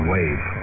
Wave